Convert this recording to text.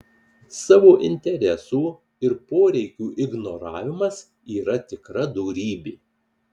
savo interesų ir poreikių ignoravimas yra tikra dorybė